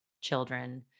children